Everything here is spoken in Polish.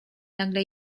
nagle